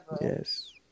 yes